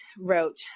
wrote